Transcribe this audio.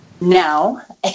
now